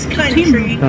country